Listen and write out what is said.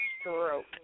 stroke